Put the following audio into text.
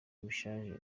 bishaje